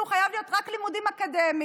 כי זה חייב להיות רק לימודים אקדמיים,